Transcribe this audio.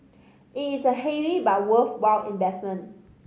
it is a heavy but worthwhile investment